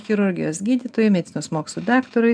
chirurgijos gydytojui medicinos mokslų dakatarui